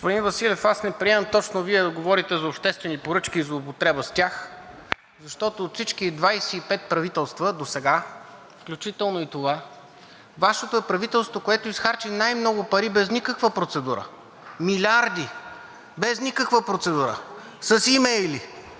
Господин Василев, аз не приемам точно Вие да говорите за обществени поръчки и злоупотреба с тях, защото от всички 25 правителства досега, включително и това, Вашето е правителството, което изхарчи най-много пари без никаква процедура, милиарди, без никаква процедура, с имейли.